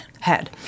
head